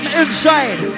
inside